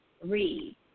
read